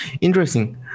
interesting